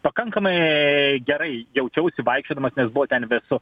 pakankamai gerai jaučiausi vaikščiodamas nes buvo ten vėsu